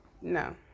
No